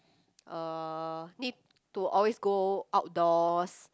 uh need to always go outdoors